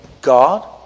God